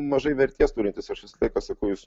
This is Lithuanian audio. mažai vertės turintis aš visą laiką sakau jūs